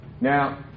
now